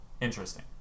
interesting